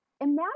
Imagine